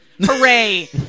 Hooray